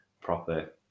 proper